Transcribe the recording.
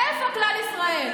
איפה כלל ישראל?